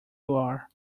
are